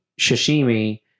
sashimi